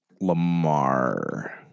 Lamar